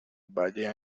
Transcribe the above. valle